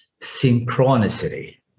synchronicity